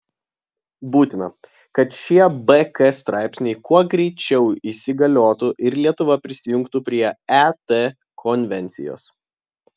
būtina kad šie bk straipsniai kuo greičiau įsigaliotų ir lietuva prisijungtų prie et konvencijos